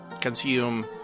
consume